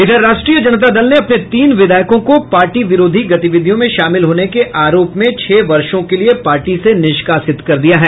इधर राष्ट्रीय जनता दल ने अपने तीन विधायकों को पार्टी विरोधी गतिविधियों में शामिल होने के आरोप में छह वर्षों के लिए पार्टी से निष्कासित कर दिया है